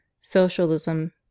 Socialism